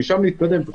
ומשם להתקדם.